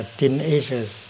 teenagers